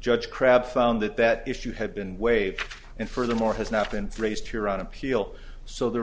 judge crabbe found that that if you had been waived and furthermore has not been raised here on appeal so there